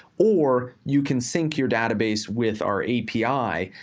or you can sync your database with our api,